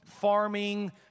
farming